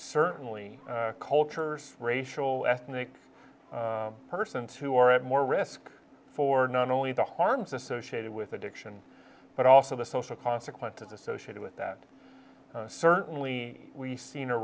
certainly cultures racial ethnic persons who are at more risk for not only the harms associated with addiction but also the social consequences associated with that certainly we seen